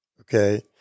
okay